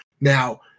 Now